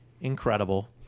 incredible